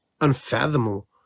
unfathomable